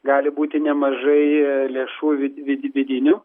gali būti nemažai lėšų vid vid vidinių